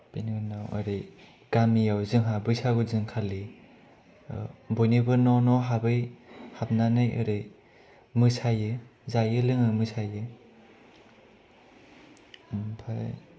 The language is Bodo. बेनि उनाव ओरै गामियाव जोंहा बैसागु दिनखालि बयनिबो न' न' हाबै हाबनानै ओरै मोसायो जायो लोङो मोसायो ओमफाय